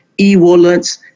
e-wallets